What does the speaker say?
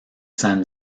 san